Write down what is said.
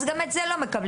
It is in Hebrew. אז גם את זה לא מקבלים.